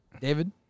David